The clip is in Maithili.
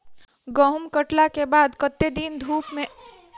गहूम कटला केँ बाद कत्ते दिन धूप मे सूखैल जाय छै?